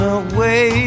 away